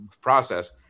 process